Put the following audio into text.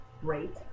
great